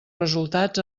resultats